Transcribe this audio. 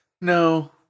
No